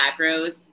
macros